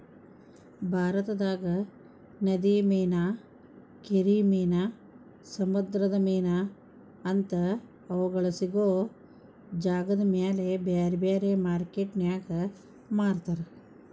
ಭಾರತದಾಗ ನದಿ ಮೇನಾ, ಕೆರಿ ಮೇನಾ, ಸಮುದ್ರದ ಮೇನಾ ಅಂತಾ ಅವುಗಳ ಸಿಗೋ ಜಾಗದಮೇಲೆ ಬ್ಯಾರ್ಬ್ಯಾರೇ ಮಾರ್ಕೆಟಿನ್ಯಾಗ ಮಾರ್ತಾರ